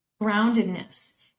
groundedness